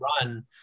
run